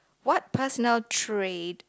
what personal trait